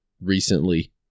recently